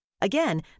Again